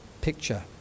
picture